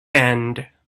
end